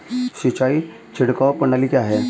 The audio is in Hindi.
सिंचाई छिड़काव प्रणाली क्या है?